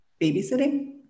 babysitting